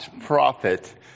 prophet